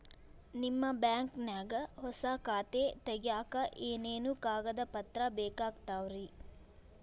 ನಿಮ್ಮ ಬ್ಯಾಂಕ್ ನ್ಯಾಗ್ ಹೊಸಾ ಖಾತೆ ತಗ್ಯಾಕ್ ಏನೇನು ಕಾಗದ ಪತ್ರ ಬೇಕಾಗ್ತಾವ್ರಿ?